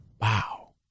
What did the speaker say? wow